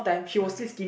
ya